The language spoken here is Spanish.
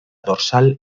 dorsal